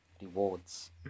rewards